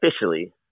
officially